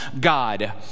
God